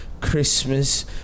Christmas